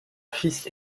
fils